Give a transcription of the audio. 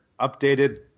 updated